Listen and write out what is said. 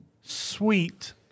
sweet